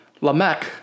Lamech